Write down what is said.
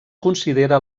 considera